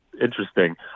Interesting